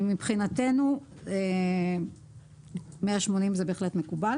מבחינתנו, 180 ימים זה בהחלט מקובל.